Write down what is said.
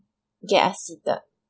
get us either